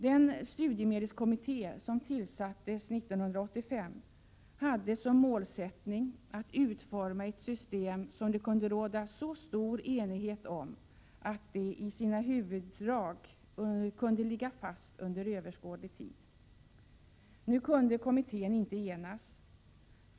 Den studiemedelskommitté som tillsattes 1985 hade som målsättning att utforma ett system som det kunde råda så stor enighet om att det i sina huvuddrag kunde ligga fast under överskådlig tid. Nu kunde kommittén inte enas.